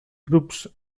grups